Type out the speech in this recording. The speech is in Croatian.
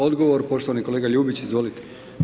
Odgovor poštovani kolega Ljubić, izvolite.